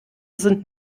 sind